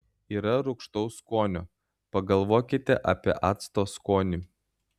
yra rūgštaus skonio pagalvokite apie acto skonį